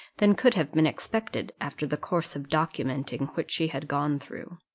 than could have been expected, after the course of documenting which she had gone through.